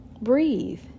breathe